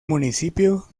municipio